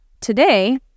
today